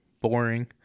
Boring